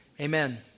Amen